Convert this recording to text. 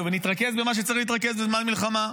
ונתרכז במה שצריך להתרכז בזמן מלחמה,